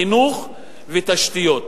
חינוך ותשתיות.